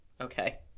Okay